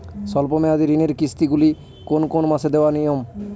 স্বল্প মেয়াদি ঋণের কিস্তি গুলি কোন কোন মাসে দেওয়া নিয়ম?